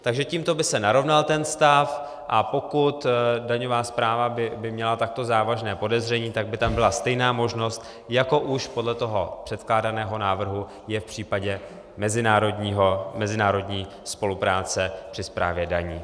Takže tímto by se narovnal ten stav, a pokud daňová správa by měla takto závažné podezření, tak by tam byla stejná možnost, jako už podle toho předkládaného návrhu je v případě mezinárodní spolupráce při správě daní.